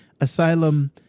Asylum